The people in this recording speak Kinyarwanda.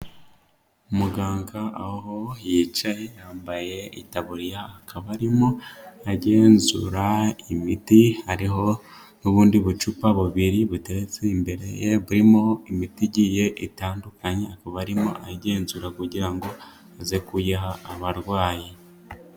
Umuganga aho yicaye yambaye itaburiya, akaba arimo agenzura imiti, hariho n'ubundi bucupa bubiri buteretse imbere burimo imiti igiye itandukanye, akaba arimo agenzura kugira ngo aze kuyiha abarwayi.